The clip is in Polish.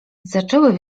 zaczęły